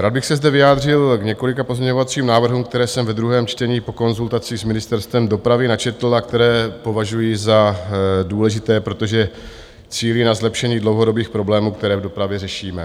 rád bych se zde vyjádřil k několika pozměňovacím návrhům, které jsem ve druhém čtení po konzultaci s Ministerstvem dopravy načetl a které považuji za důležité, protože cílí na zlepšení dlouhodobých problémů, které v dopravě řešíme.